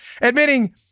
admitting